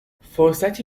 فرصتی